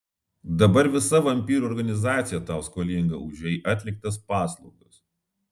dabar visa vampyrų organizacija tau skolinga už jai atliktas paslaugas